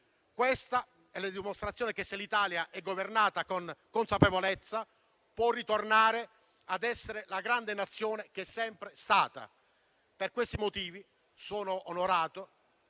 Questa è la dimostrazione che, se l'Italia è governata con consapevolezza, può ritornare ad essere la grande Nazione che è sempre stata. Per questi motivi sono onorato